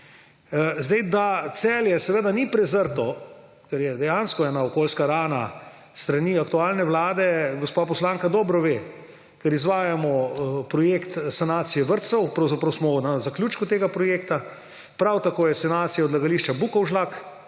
državi. Celje seveda ni prezrto, ker je dejansko neka okoljska rana, s strani aktualne vlade – gospa poslanka dobro ve –, ker izvajamo projekt sanacije vrtcev, pravzaprav smo na zaključku tega projekta. Prav tako je sanacija odlagališča Bukovžlak,